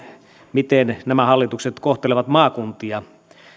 miten nämä hallitukset kohtelevat maakuntia